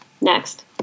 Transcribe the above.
Next